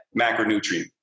macronutrient